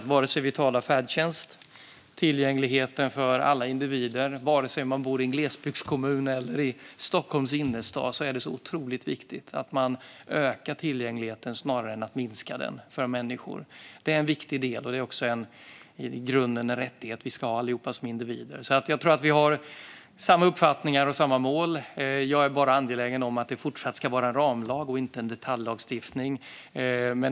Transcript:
Vare sig vi talar om färdtjänst eller tillgänglighet för alla individer och vare sig man bor i en glesbygdskommun eller i Stockholms innerstad är det otroligt viktigt att vi ökar tillgängligheten snarare än minskar den för människor. Det är en viktig del, och det är också i grunden en rättighet vi alla ska ha som individer. Jag tror att vi har samma uppfattningar och samma mål, men jag är angelägen om att det även i fortsättningen ska vara fråga om en ramlag och inte en detaljlagstiftning.